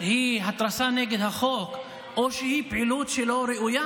היא התרסה נגד החוק או שהיא פעילות שלא ראויה,